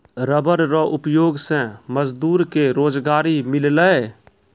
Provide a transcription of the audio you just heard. rubber रो उपयोग से मजदूर के रोजगारी मिललै